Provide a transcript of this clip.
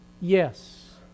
Yes